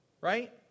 right